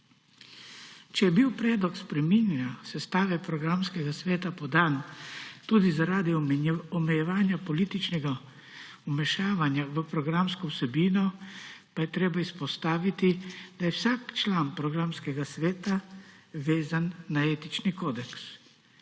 Če je bil predlog spreminjanja sestave programskega sveta podan tudi zaradi omejevanja političnega vmešavanja v programsko vsebino, pa je treba izpostaviti, da je vsak član programskega sveta vezan na etični kodeks.